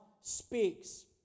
speaks